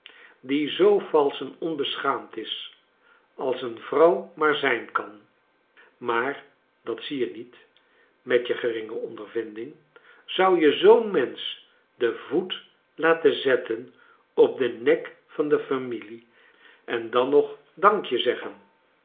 die zoo valsch en onbeschaamd is als een vrouw maar zij n kan maar dat zie j ij niet met je geringe ondervinding zou je zoo'n mensch den voet laten zetten op den nek van de familie en dan nog dank je eggen